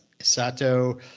Sato